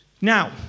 Now